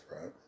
right